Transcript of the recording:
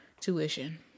tuition